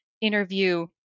interview